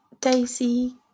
Daisy